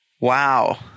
Wow